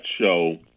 show